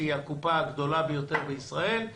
שהיא הקופה הגדולה ביותר ישראל,